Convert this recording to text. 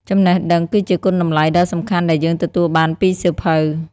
ចំណេះដឹង គឺជាគុណតម្លៃដ៏សំខាន់ដែលយើងទទួលបានពីសៀវភៅ។